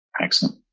excellent